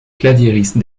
claviériste